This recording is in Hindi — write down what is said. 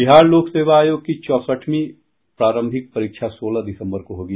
बिहार लोक सेवा आयोग की चौसठवीं प्रारंभिक परीक्षा सोलह दिसम्बर को होगी